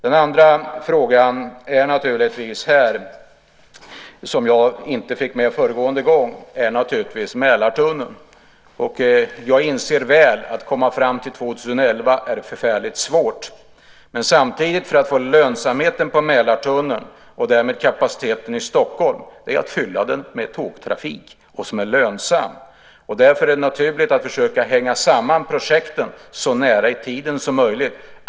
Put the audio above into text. Den andra frågan, som jag inte fick med i mitt förra anförande, gäller naturligtvis Mälartunneln. Jag inser väl att det är förfärligt svårt att komma fram till 2011, men samtidigt: För att få lönsamhet i Mälartunneln och därmed öka kapaciteten i Stockholm bör man fylla den med tågtrafik som är lönsam. Därför är det naturligt att försöka sätta samman projekten så nära i tiden som möjligt.